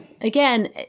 again